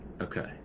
okay